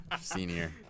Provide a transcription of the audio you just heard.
Senior